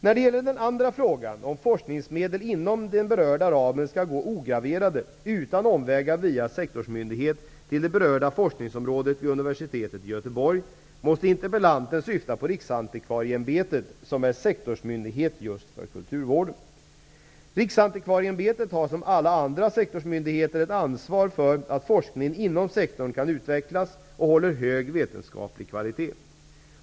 När det gäller den andra frågan, om forskningsmedel inom den berörda ramen skall gå ograverade, utan omvägar via en sektorsmyndighet, till det berörda forskningsområdet vid Universitetet i Göteborg måste interpellanten här syfta på Riksantikvarieämbetet, som är sektorsmyndighet just för kulturvården. Riksantikvarieämbetet har som alla sektorsmyndigheter ett ansvar för att forskningen inom sektorn kan utvecklas och håller hög vetenskaplig kvalitet.